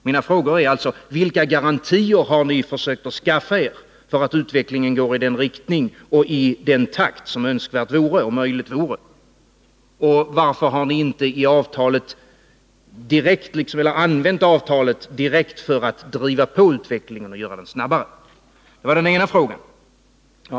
Jag frågar alltså: Vilka garantier har ni försökt skaffa er för att utvecklingen skall gå i den riktning och i den takt som är önskvärd och möjlig? Och varför har ni inte använt avtalet direkt för att driva på utvecklingen och göra den snabbare? Det var frågorna beträffande det ena.